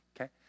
okay